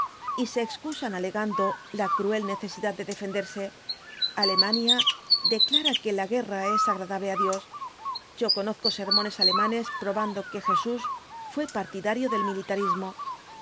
y se excusan alegando la cruel necesidad de defenderse alemania declara que la guerra es agradable á dios yo conozco sermones alemanes probando que jesús fué partidario del militarismo